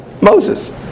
Moses